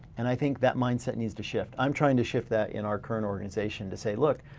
and i think that mindset needs to shift. i'm trying to shift that in our current organization to say look,